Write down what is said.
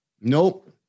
Nope